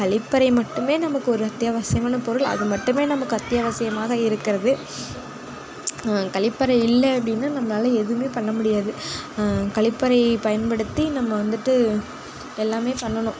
கழிப்பறை மட்டுமே நமக்கு ஒரு அத்தியாவசியமான பொருள் அது மட்டுமே நமக்கு அத்தியாவசியமாக இருக்கிறது கழிப்பறை இல்லை அப்படின்னா நம்மளால் எதுவுமே பண்ணமுடியாது கழிப்பறை பயன்படுத்தி நம்ம வந்துட்டு எல்லாமே பண்ணனும்